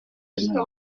bafitanye